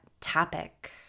topic